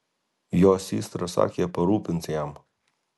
jo systra sakė parūpins jam